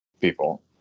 people